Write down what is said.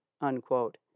unquote